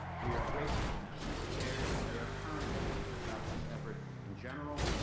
we are grateful to them for sharing their current views about this effort, in general,